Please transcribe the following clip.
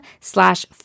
slash